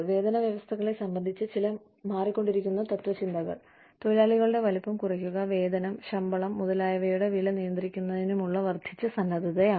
വേതന വ്യവസ്ഥകളെ സംബന്ധിച്ച ചില മാറിക്കൊണ്ടിരിക്കുന്ന തത്ത്വചിന്തകൾ തൊഴിലാളികളുടെ വലിപ്പം കുറയ്ക്കുക വേതനം ശമ്പളം മുതലായവയുടെ വില നിയന്ത്രിക്കുന്നതിനുമുള്ള വർദ്ധിച്ച സന്നദ്ധതയാണ്